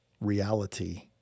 reality